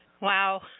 Wow